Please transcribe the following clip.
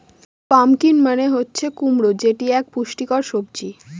pumpkin মানে হচ্ছে কুমড়ো যেটি এক পুষ্টিকর সবজি